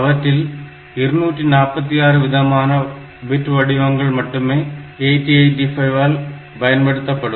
அவற்றில் 246 விதமான பிட் வடிவங்கள் மட்டுமே 8085 ஆல் பயன்படுத்த படும்